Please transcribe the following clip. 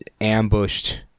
ambushed